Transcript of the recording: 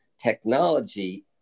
technology